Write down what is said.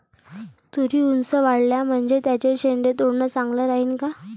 तुरी ऊंच वाढल्या म्हनजे त्याचे शेंडे तोडनं चांगलं राहीन का?